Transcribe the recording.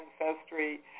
ancestry